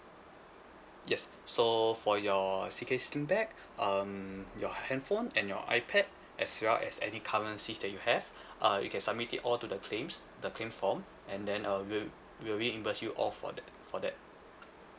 yes so for your C_K sling bag um your handphone and your ipad as well as any currencies that you have uh you can submit it all to the claims the claim form and then uh we'll we'll reimburse you all for that for that